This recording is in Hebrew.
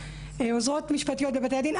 עוזרות משפטיות בבתי הדין.